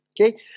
Okay